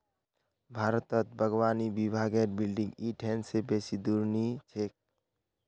भारतत बागवानी विभागेर बिल्डिंग इ ठिन से बेसी दूर नी छेक